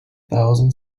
thousand